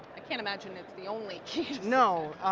i can't imagine it's the only key? no,